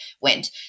went